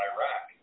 Iraq